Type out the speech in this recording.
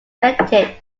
expected